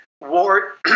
war